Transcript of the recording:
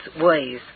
ways